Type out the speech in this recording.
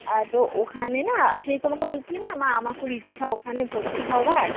আ তো ওখানে না সেই তোমাকে বলছিলাম না মা আমার খুব ইচ্ছা ওখানে ভর্তি হওয়ার